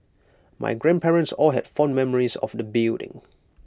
my grandparents all had fond memories of the building